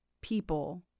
people